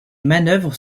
manœuvres